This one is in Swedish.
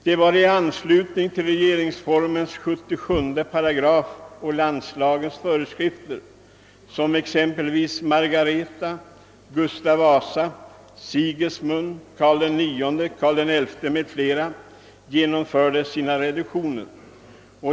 Det var i anslutning till landslagens föreskrifter som exempelvis Margareta, Gustav Vasa, Sigismund, Karl IX, Karl XI m.fl. genomförde sina reduktioner.